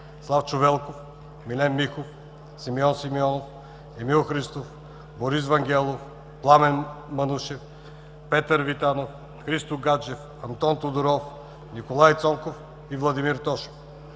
Славчо Велков, Милен Михов, Симеон Симеонов, Емил Христов, Борис Вангелов, Пламен Манушев, Петър Витанов, Христо Гаджев, Антон Тодоров, Николай Цонков и Владимир Тошев.